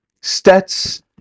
stats